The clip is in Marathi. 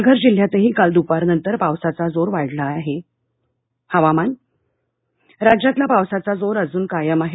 पालघर जिल्ह्यातही काल दुपारनंतर पावसाचा जोर वाढला आहे हवामान राज्यातला पावसाचा जोर अजून कायम आहे